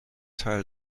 teil